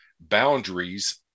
boundaries